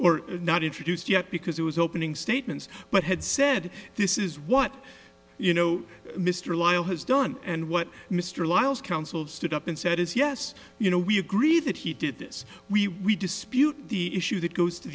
or not introduced yet because it was opening statements but had said this is what you know mr lyle has done and what mr lott has counseled stood up and said is yes you know we agree that he did this we we dispute the issue that goes to